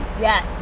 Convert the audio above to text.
Yes